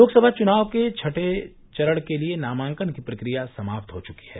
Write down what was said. लोकसभा चुनाव के छठें चरण के लिये नामांकन की प्रक्रिया समाप्त हो चुकी है